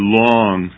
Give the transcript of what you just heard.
long